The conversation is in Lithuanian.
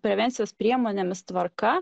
prevencijos priemonėmis tvarka